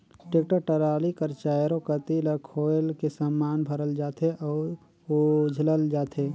tractor trolley कर चाएरो कती ल खोएल के समान भरल जाथे अउ उझलल जाथे